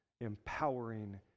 empowering